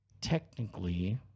Technically